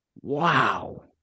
Wow